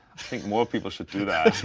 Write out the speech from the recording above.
think more people should do that.